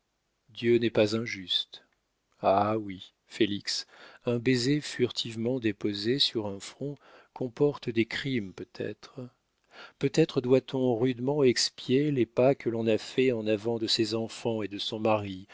dieu n'est pas injuste ah oui félix un baiser furtivement déposé sur un front comporte des crimes peut-être peut-être doit-on rudement expier les pas que l'on a faits en avant de ses enfants et de son mari